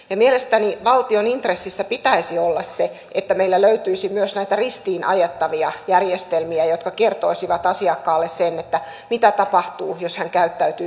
mielestäni valtion intressissä pitäisi olla sen että meillä löytyisi myös näitä ristiin ajettavia järjestelmiä jotka kertoisivat asiakkaalle sen mitä tapahtuu jos hän käyttäytyy tietyllä tavalla